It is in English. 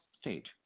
State